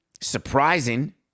Surprising